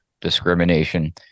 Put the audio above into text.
discrimination